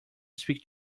speak